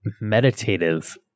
meditative